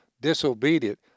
disobedient